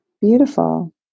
Beautiful